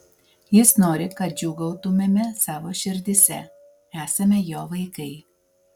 jis nori kad džiūgautumėme savo širdyse esame jo vaikai